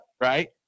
right